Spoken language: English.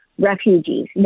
refugees